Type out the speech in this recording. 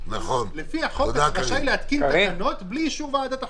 לפי החוק אתה רשאי להתקין תקנות בלי אישור ועדת החוקה.